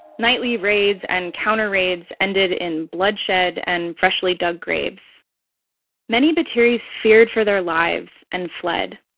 nightly raids and counter-raids ended in bloodshed and freshly dug graves many battiris feared for their lives, and fled.